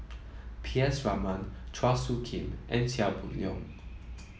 P S Raman Chua Soo Khim and Chia Boon Leong